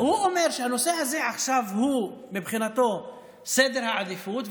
הוא אומר שהנושא הזה עכשיו הוא מבחינתו ראשון בסדר העדיפויות,